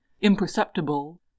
imperceptible